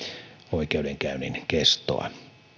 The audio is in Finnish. oikeudenkäynnin kestoa